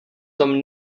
tom